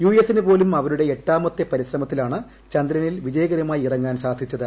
U എസ്സിന് പോലും അവരുടെ എട്ടാമത്തെ പരിശ്രമത്തിലാണ് ചന്ദ്രനിൽ വിജയകരമായി ഇറങ്ങാൻ സാധിച്ചത്